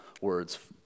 words